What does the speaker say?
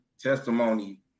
testimony